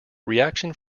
reaction